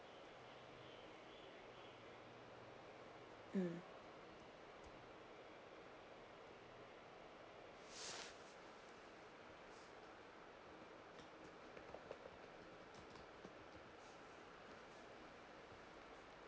mm